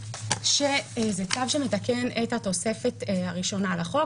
זה צו שמתקן את התוספת הראשונה לחוק.